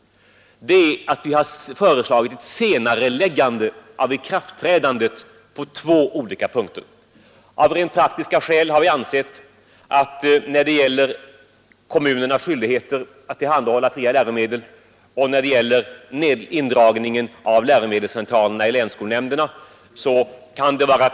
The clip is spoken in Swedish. Vi har föreslagit senareläggande av ikraftträdandet på två olika punkter. Av rent praktiska skäl har vi ansett att det är klokast att skjuta på ikraftträdandet ett år när det gäller kommunernas skyldigheter att tillhandahålla fria läromedel och när det gäller indragningen av läromedelscentralerna i länsskolnämnderna.